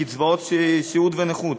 קצבאות סיעוד ונכות?